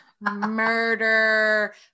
murder